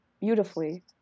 beautifully